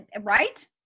Right